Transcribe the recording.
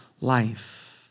life